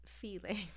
feeling